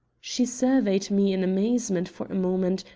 she surveyed me in amazement for a moment,